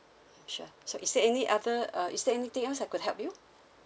sure so is there any other uh is there anything else I could help you